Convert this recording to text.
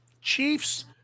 Chiefs